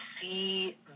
see